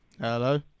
Hello